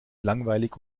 langweilig